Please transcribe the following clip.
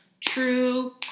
true